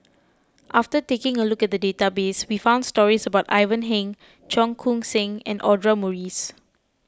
after taking a look at the database we found stories about Ivan Heng Cheong Koon Seng and Audra Morrice